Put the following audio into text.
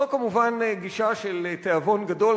זאת כמובן גישה של תיאבון גדול,